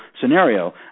scenario